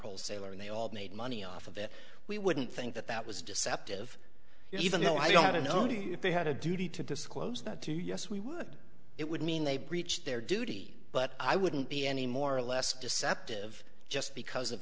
wholesaler and they all made money off of it we wouldn't think that that was deceptive even though i don't know you if they had a duty to disclose that to us we would it would mean they breached their duty but i wouldn't be any more or less deceptive just because of